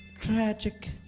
tragic